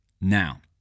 Now